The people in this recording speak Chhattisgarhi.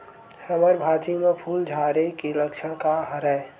हमर भाजी म फूल झारे के लक्षण का हरय?